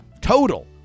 total